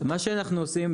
מה שאנחנו עושים,